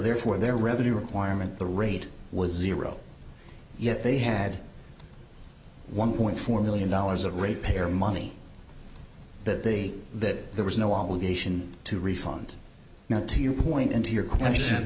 therefore their revenue requirement the rate was zero yet they had one point four million dollars of repair money that the that there was no obligation to refund now to your point and to your question